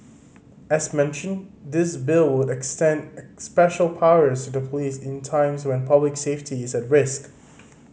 as mentioned this Bill would extend special powers to the police in times when public safety is at risk